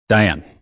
Diane